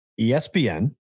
ESPN